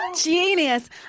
Genius